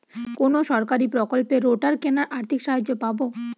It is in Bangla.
কোন সরকারী প্রকল্পে রোটার কেনার আর্থিক সাহায্য পাব?